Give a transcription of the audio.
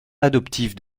adoptive